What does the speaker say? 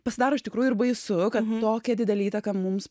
pasidaro iš tikrųjų ir baisu kad tokią didelę įtaką mums